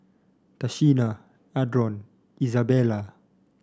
Tashina Adron Izabella